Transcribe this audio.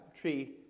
tree